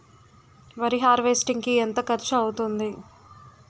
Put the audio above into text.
వరి హార్వెస్టింగ్ కి ఎంత ఖర్చు అవుతుంది?